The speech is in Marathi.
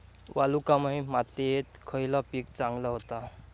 वालुकामय मातयेत खयला पीक चांगला होता?